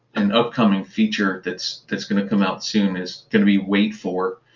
an upcoming features that's that's going to come out soon. it's going to be wait for.